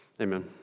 Amen